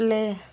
play